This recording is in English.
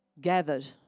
gathered